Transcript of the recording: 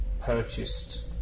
purchased